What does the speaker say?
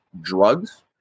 drugs